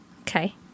Okay